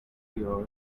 your